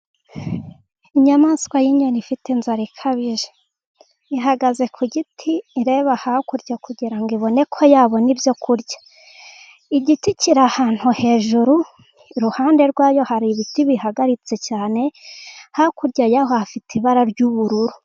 Inyamaswa y'inyoni ifite inzara ikabije. Ihagaze ku giti ireba hakurya kugira ngo ibone ko yabona ibyo kurya. Igiti kiri ahantu hejuru, iruhande rwayo hari ibiti bihagaritse cyane, hakurya yaho hafite ibara ry'ubururu.